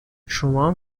شمام